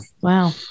Wow